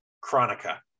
Chronica